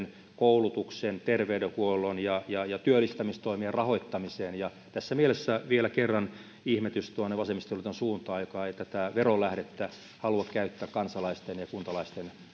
koulutuksen terveydenhuollon ja ja työllistämistoimien rahoittamisen tässä mielessä vielä kerran ihmetys tuonne vasemmistoliiton suuntaan joka ei tätä verolähdettä halua käyttää kansalaisten ja ja kuntalaisten